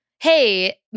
hey